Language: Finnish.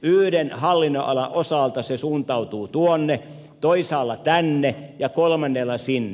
yhden hallinnonalan osalta se suuntautuu tuonne toisaalla tänne ja kolmannella sinne